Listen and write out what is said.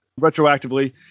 retroactively